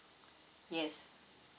yes